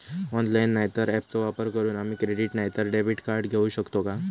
Online नाय तर ऍपचो वापर करून आम्ही क्रेडिट नाय तर डेबिट कार्ड घेऊ शकतो का?